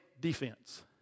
defense